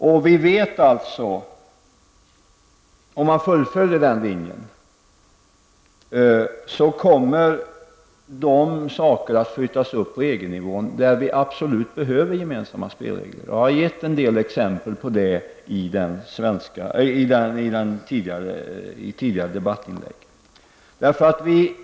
Om den regeln följs, då vet vi att frågor för vilka det absolut behövs gemensamma spelregler kommer att flyttas upp på EG-nivån. Jag har gett en del exempel på det i tidigare debattinlägg.